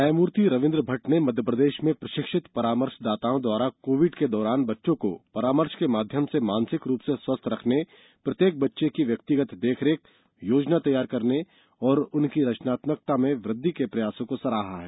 न्यायमूर्ति रविन्द्र भट्ट ने मध्यप्रदेश में प्रशिक्षित परामर्शदाताओं द्वारा कोविड के दौरान बच्चों को परामर्श के माध्यम से मानसिक रूप से स्वस्थ रखने प्रत्येक बच्चे की व्यक्तिगत देखरेख योजना तैयार करने तथा उनकी रचनात्मकता में वृद्धि के प्रयासों को सराहा है